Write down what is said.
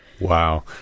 Wow